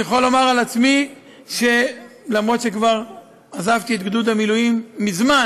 אני יכול לומר על עצמי שאפילו שכבר עזבתי את גדוד המילואים מזמן,